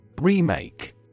remake